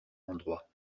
endroits